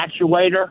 actuator